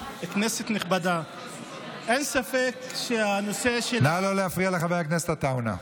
כנסת נכבדה נא לא להפריע לחבר הכנסת עטאונה.